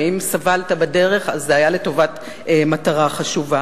ואם סבלת בדרך, אז זה היה לטובת מטרה חשובה.